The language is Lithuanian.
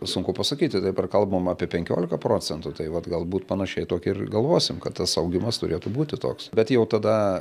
sunku pasakyti dabar kalbam apie penkiolika procentų tai vat galbūt panašiai tokią ir galvosim kad tas augimas turėtų būti toks bet jau tada